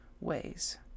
ways